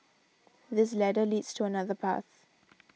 this ladder leads to another path